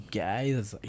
guys